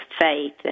faith